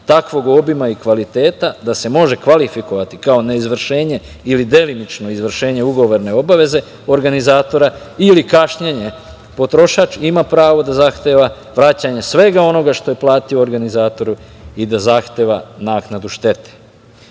takvog obima i kvaliteta da se može kvalifikovati kao neizvršenje ili delimično izvršenje ugovorne obaveze organizatora ili kašnjenje, potrošač ima pravo da zahteva vraćanje svega onoga što je platio organizatoru i da zahteva naknadu